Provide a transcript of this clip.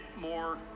more